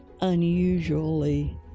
unusually